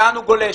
לאן גולש.